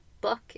book